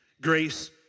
Grace